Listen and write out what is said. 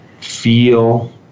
feel